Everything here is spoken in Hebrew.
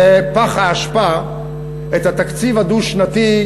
לפח האשפה את התקציב הדו-שנתי,